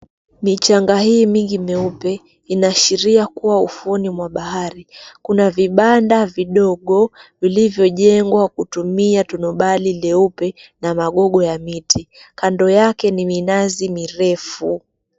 Michanga hii mingi mieupe inaashiria kuwa ufuoni mwa bahari kuna vibanda vidogo vilivyojengwa kutumia tonobali leupe na magogo ya miti kando yake ni minazi mirefu.